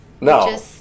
No